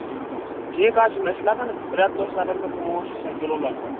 ٹھیٖک حظ چھُ مےٚ چھُ لگان پرٛٮ۪تھ دۄہ چھِ لگان مےٚ پونسہٕ شےٚ کِلوٗ لگ بگ